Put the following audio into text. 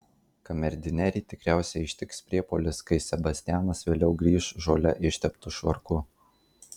kamerdinerį tikriausiai ištiks priepuolis kai sebastianas vėliau grįš žole išteptu švarku